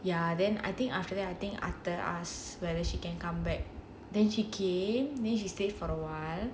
ya then I think after that I think arthur ask whether she can come back then she came then she stayed for awhile